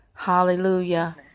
Hallelujah